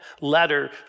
letter